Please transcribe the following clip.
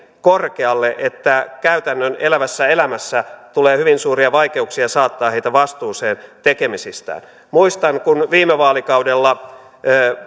korkealle että käytännön elävässä elämässä tulee hyvin suuria vaikeuksia saattaa heitä vastuuseen tekemisistään muistan että kun viime vaalikaudella